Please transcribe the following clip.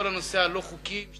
דוח מס'